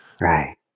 Right